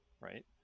right